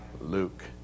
Luke